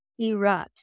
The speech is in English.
erupts